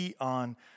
on